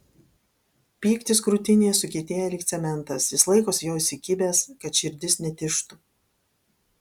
pyktis krūtinėje sukietėja lyg cementas jis laikosi jo įsikibęs kad širdis netižtų